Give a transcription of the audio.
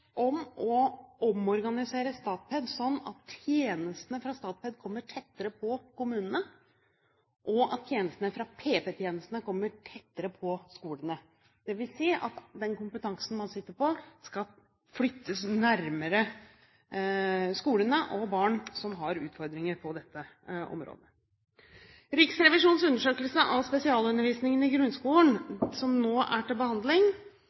om å omorganisere Statped sånn at tjenestene fra Statped kommer tettere på kommunene, og at tjenestene fra PP-tjenesten kommer tettere på skolene, dvs. at den kompetansen man sitter på, skal flyttes nærmere skolene og barna som har utfordringer på dette området. Riksrevisjonens undersøkelse av spesialundervisningen i grunnskolen, som nå er til behandling,